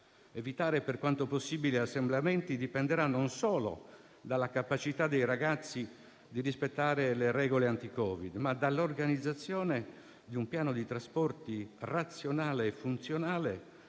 evitare per quanto possibile assembramenti dipenderà non solo dalla capacità dei ragazzi di rispettare le regole anti-Covid, ma anche dall'organizzazione di un piano di trasporti razionale e funzionale,